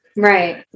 right